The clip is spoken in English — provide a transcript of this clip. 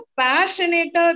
passionate